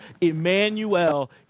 Emmanuel